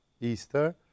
Easter